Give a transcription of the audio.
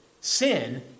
sin